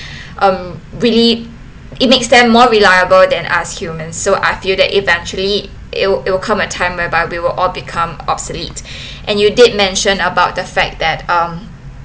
um really it makes them more reliable than us humans so I feel that eventually it'll it'll come a time whereby we were all become obsolete and you did mention about the fact that um